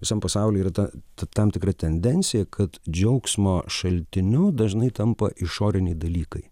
visam pasaulyje yra ta ta tam tikra tendencija kad džiaugsmo šaltiniu dažnai tampa išoriniai dalykai